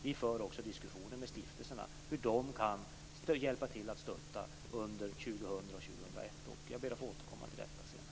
Vi för också diskussioner med stiftelserna om hur de kan hjälpa till att stötta under 2000 och 2001, och jag ber att få återkomma till detta senare.